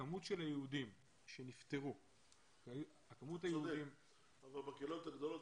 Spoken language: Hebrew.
כמות היהודים שנפטרו- -- בקהילות הגדולות